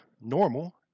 normal